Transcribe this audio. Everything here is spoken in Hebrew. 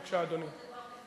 בבקשה, אדוני.